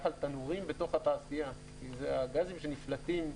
על תנורים בתוך התעשייה כי אלה הגזים שנפלטים,